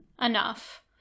enough